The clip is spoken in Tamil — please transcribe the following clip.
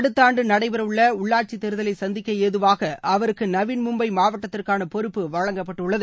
அடுத்த ஆண்டு நடைபெறவுள்ள உள்ளாட்சி தேர்தலை சந்திக்க ஏதுவாக அவருக்கு நவீன் மும்பை மாவட்டத்திற்கான பொறுப்பு வழங்கப்பட்டுள்ளது